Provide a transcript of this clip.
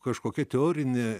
kažkokia teorinė